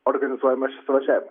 organizuojamas šis suvažiavimas